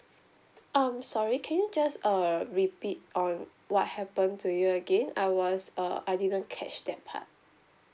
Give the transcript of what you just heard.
um sorry can you just uh repeat on what happen to you again I was uh I didn't catch that part